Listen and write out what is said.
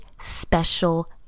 special